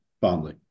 fondly